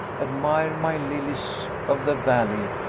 admire my lilies of the valley,